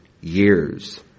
years